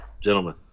Gentlemen